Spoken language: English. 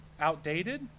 outdated